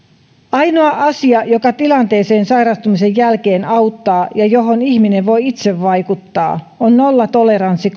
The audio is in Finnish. ainoa asia joka tilanteeseen sairastumisen jälkeen auttaa ja johon ihminen voi itse vaikuttaa on nollatoleranssi